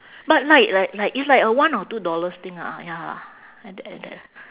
but like like like it's like a one or two dollars thing ah ya at that at that